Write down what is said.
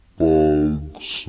bugs